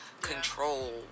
control